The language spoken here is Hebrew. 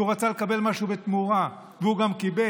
כי הוא רצה לקבל משהו בתמורה, והוא גם קיבל,